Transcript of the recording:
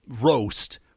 roast